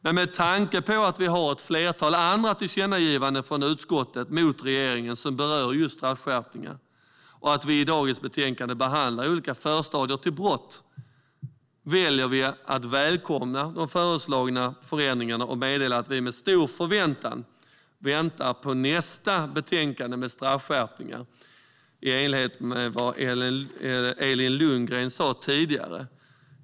Men med tanke på att vi har ett flertal andra tillkännagivanden till regeringen som berör just straffskärpningar och att vi i dagens betänkande behandlar olika förstadier till brott väljer vi att välkomna de föreslagna förändringarna och meddela att vi med stor förväntan väntar på nästa betänkande med straffskärpningar, i enlighet med vad Elin Lundgren sa tidigare.